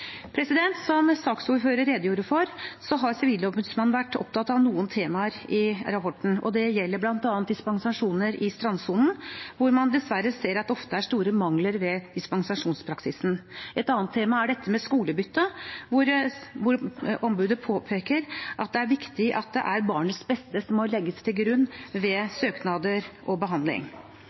Som saksordføreren redegjorde for, har Sivilombudsmannen vært opptatt av noen temaer i rapporten. Det gjelder bl.a. dispensasjoner i strandsonen, hvor man dessverre ser at det ofte er store mangler ved dispensasjonspraksisen. Et annet tema er dette med skolebytte, hvor ombudet påpeker at det er viktig at det er barnets beste som må legges til grunn ved søknader og behandling.